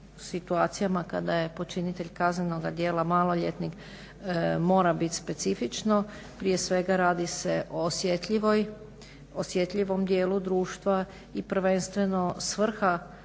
situacijama kada je počinitelj kaznenoga djela maloljetnik mora biti specifično. Prije svega radi se o osjetljivom dijelu društva i prvenstveno svrha